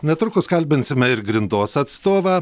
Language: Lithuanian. netrukus kalbinsime ir grindos atstovą